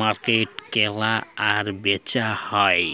মার্কেটে কেলা আর বেচা হ্যয়ে